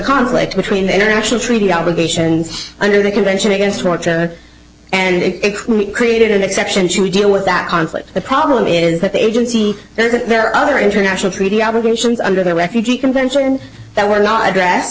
conflict between the international treaty obligations under the convention against torture and created an exception to deal with that conflict the problem is that the agency is that there are other international treaty obligations under the refugee convention that were not